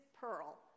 pearl